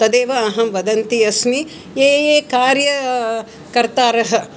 तदेव अहं वदन्ती अस्मि ये ये कार्यकर्तारः